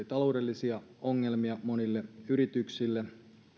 taloudellisia ongelmia monille yrityksille